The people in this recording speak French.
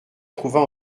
trouva